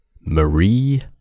Marie